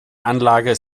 anlage